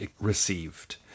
received